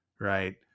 right